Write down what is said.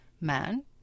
man